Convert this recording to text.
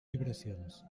vibracions